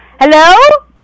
Hello